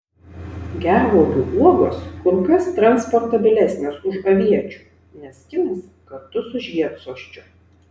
gervuogių uogos kur kas transportabilesnės už aviečių nes skinasi kartu su žiedsosčiu